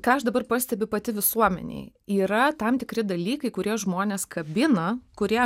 ką aš dabar pastebiu pati visuomenėj yra tam tikri dalykai kurie žmones kabina kurie